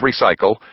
recycle